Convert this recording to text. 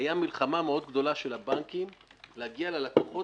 כשהיתה מלחמה מאוד גדולה של הבנקים להגיע ללקוחות